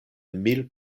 mil